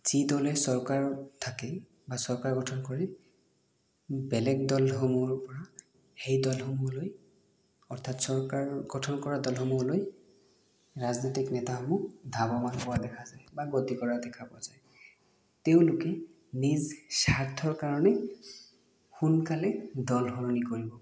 যি দলে চৰকাৰত থাকে বা চৰকাৰ গঠন কৰে বেলেগ দলসমূহৰ পৰা সেই দলসমূহলৈ অৰ্থাৎ চৰকাৰ গঠন কৰা দলসমূহলৈ ৰাজনৈতিক নেতাসমূহ ধাৱমান হোৱা দেখা যায় বা গতি কৰা দেখা পোৱা যায় তেওঁলোকে নিজ স্বাৰ্থৰ কাৰণে সোনকালে দল সলনি কৰিব পাৰে